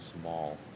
small